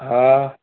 हा